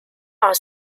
are